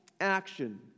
action